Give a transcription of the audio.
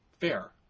fair